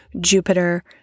Jupiter